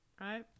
right